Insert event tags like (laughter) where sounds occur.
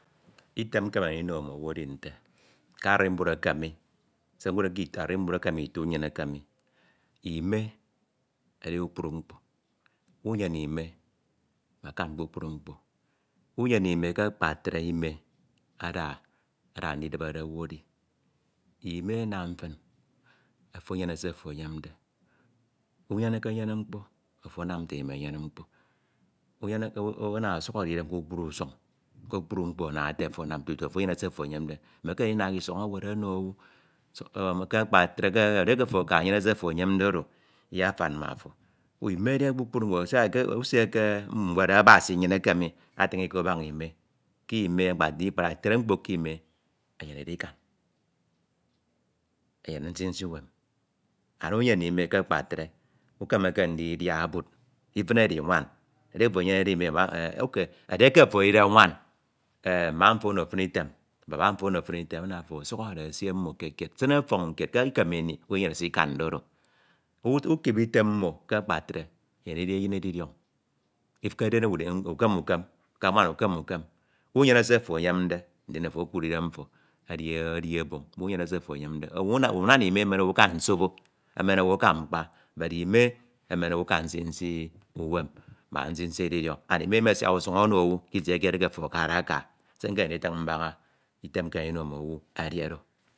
Item nkemede ndino mm’owu efinte ke animbud eke mi, se nkudde ke añmbud eke mi, itu nnyin eke mi, ime edi kpuk-. Pru mkpo, unyene ime makam kpukpru mkpo, unyene Ime, ke akpatre ime ada- ada ndidibere owu edi, ime anam ke ofo enyene se ofo enyemde, unyeneke nyene mkpo, afo anam nte emo imengene, Unyeneke ana Ọsukhọrede idem ke kpuk kpru usuñ, ke kpukpru mkpo amade ete ofo amam tutu of enyene se ofo enyemde. mekeme ndina k’ison ewere ono owu ke akpatre, edieke ofo aka enyenede se ofo enyemde oro, iyatam. ma ofo. Ime edi kpukpru mkpo Siak ekedi usie ke ñwed Abasi nnyin eke mi afiñ Iko abaña Ime, K’ime abpatre mkpo k’ime enyene edikan enyene nsi nisi Uwem and unyene ime ke akpatre ukemeke ndidia bud. ifin edi nwan. Edieke ofo enyenede. abaña (hesitation) okay edũke ofo edide nwan e mma mfo ono fin itum, baba mfo ono fin item, ana ofo ọsukhọde esie mmo Sine ọfọn kied k’ikem mi unyenyene Se lkande oro, ukip item mmo ke akpatre enyem ndidi eyin edidiọñ ifin eden owu ukem ukem, ke nwam ukem. ukem, unyene se ofo enyemde ndi ofo Okud idem mfo edi oboñ munyeneke se ofo enyemde owu, unana ime emen owu aka nsobo, emen own aka mkpa bedime emen own aka nsi nsi Uwem ma nsi nsi edidiọñ ant ime emi asiak usuñ ono owu K’itie kied eke afo akadeka. Se nkemede nditiñ mbaña item nkemede ndino mmowu edi oro